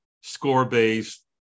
score-based